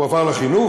הוא עבר לחינוך?